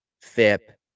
FIP